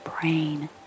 brain